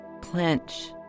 clench